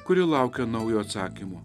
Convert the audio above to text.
kuri laukia naujo atsakymo